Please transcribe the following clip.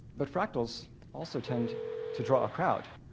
but fractals also tend to draw a crowd.